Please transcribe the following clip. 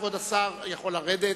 כבוד השר יכול לרדת.